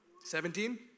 Seventeen